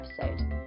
episode